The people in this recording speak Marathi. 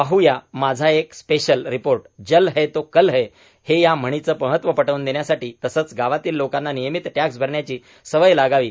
पाहृया माझा एक स्पेशल रिपोर्ट जल है तो कल है या म्हणींचे महत्व पटवून देण्यासाठी तसंच गावातील लोकांना नियमित टॅक्स भरण्याची सवय लागावी